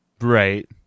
Right